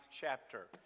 chapter